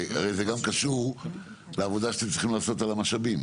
הרי זה גם קשור לעבודה שאתם צריכים לעשות על המשאבים,